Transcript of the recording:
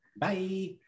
Bye